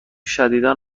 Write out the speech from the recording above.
شدیدا